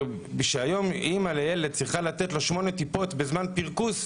כשאימא לילד צריכה לתת לו 8 טיפות בזמן פרכוס,